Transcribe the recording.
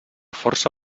força